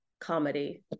comedy